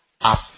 up